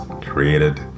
created